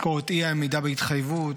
יזכור את אי-העמידה בהתחייבות,